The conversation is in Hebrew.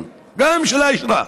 גם של הוועדה,